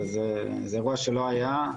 זהו אירוע שלא היה.